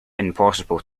impossible